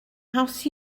haws